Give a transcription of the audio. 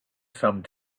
some